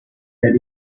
that